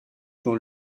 dans